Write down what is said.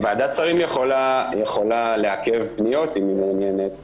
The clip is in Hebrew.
ועדת שרים יכולה לעכב פניות אם היא מעוניינת.